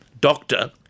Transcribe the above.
doctor